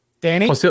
Danny